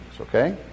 okay